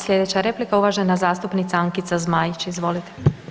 Sljedeća replika uvažena zastupnica Ankica Zmajić, izvolite.